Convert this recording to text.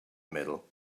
middle